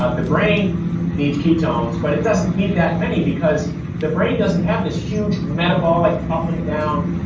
ah the brain need ketones, but it doesn't need that many because the brain doesn't have this huge metabolic, up and down,